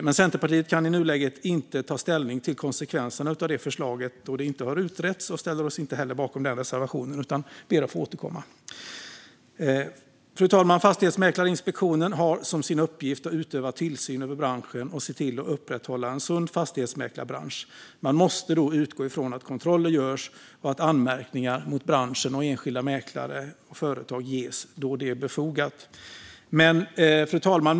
Men Centerpartiet kan i nuläget inte ta ställning till konsekvenserna av det förslaget, då det inte har utretts. Vi ställer oss inte bakom den reservationen utan ber att få återkomma. Fru talman! Fastighetsmäklarinspektionen har som sin uppgift att utöva tillsyn över branschen och se till att upprätthålla en sund fastighetsmäklarbransch. Man måste då utgå från att kontroller görs och att anmärkningar mot branschen och mot enskilda mäklare och företag ges när det är befogat. Fru talman!